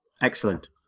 excellent